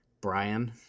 Brian